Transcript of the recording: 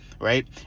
right